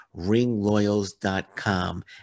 ringloyals.com